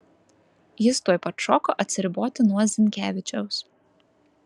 jis tuoj pat šoko atsiriboti nuo zinkevičiaus